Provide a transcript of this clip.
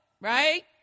Right